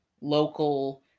local